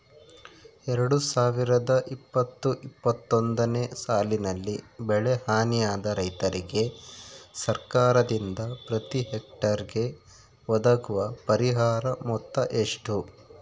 ಎರಡು ಸಾವಿರದ ಇಪ್ಪತ್ತು ಇಪ್ಪತ್ತೊಂದನೆ ಸಾಲಿನಲ್ಲಿ ಬೆಳೆ ಹಾನಿಯಾದ ರೈತರಿಗೆ ಸರ್ಕಾರದಿಂದ ಪ್ರತಿ ಹೆಕ್ಟರ್ ಗೆ ಒದಗುವ ಪರಿಹಾರ ಮೊತ್ತ ಎಷ್ಟು?